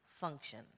function